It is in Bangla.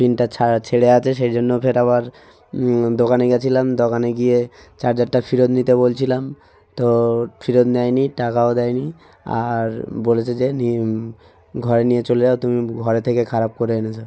পিনটা ছেড়ে আছে সেই জন্য ফের আবার দোকানে গিয়েছিলাম দোকানে গিয়ে চার্জারটা ফেরত নিতে বলছিলাম তো ফেরত নেয়নি টাকাও দেয়নি আর বলেছে যে ঘরে নিয়ে চলে যাও তুমি ঘরে থেকে খারাপ করে এনেছ